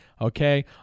Okay